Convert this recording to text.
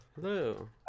Hello